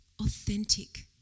authentic